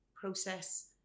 process